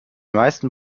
meisten